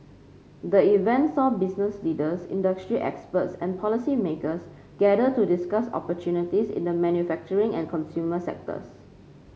the event saw business leaders industry experts and policymakers gather to discuss opportunities in the manufacturing and consumer sectors